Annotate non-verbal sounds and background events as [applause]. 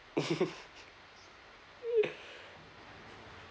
[laughs] [laughs]